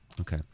Okay